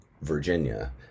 Virginia